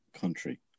country